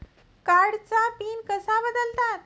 कार्डचा पिन कसा बदलतात?